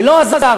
ולא עזר,